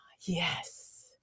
yes